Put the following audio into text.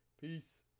Peace